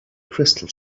crystal